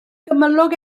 gymylog